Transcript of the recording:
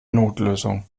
notlösung